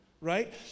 Right